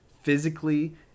physically